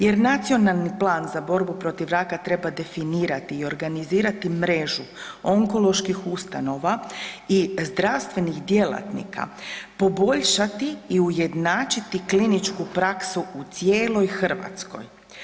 Jer nacionalni plan za borbu protiv raka treba definirati i organizirati mrežu onkoloških ustanova i zdravstvenih djelatnika, poboljšati i ujednačiti kliničku praksu u cijeloj Hrvatskoj.